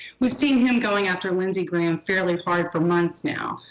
we've seen him going after lindsey graham fairly hard for months now.